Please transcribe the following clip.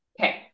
Okay